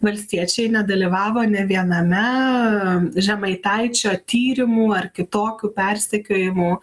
valstiečiai nedalyvavo nė viename žemaitaičio tyrimų ar kitokių persekiojimų